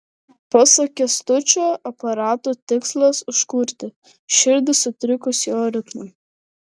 pasak kęstučio aparato tikslas užkurti širdį sutrikus jos ritmui